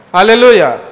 Hallelujah